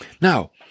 Now